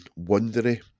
wondery